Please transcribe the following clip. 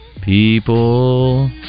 People